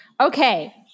Okay